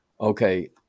okay